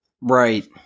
Right